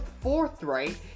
forthright